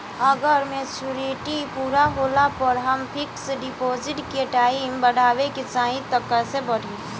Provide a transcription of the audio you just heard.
अगर मेचूरिटि पूरा होला पर हम फिक्स डिपॉज़िट के टाइम बढ़ावे के चाहिए त कैसे बढ़ी?